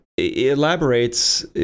Elaborates